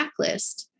backlist